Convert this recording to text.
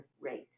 rate